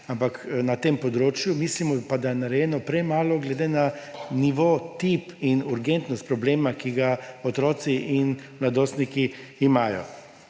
nič na tem področju. Mislimo pa, da je narejeno premalo glede na nivo, tip in urgentnost problema, ki ga otroci in mladostniki imajo.